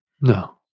No